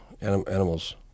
animals